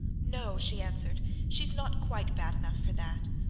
no, she answered she's not quite bad enough for that.